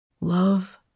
Love